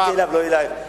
דיברתי אליו ולא אלייך.